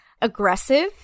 aggressive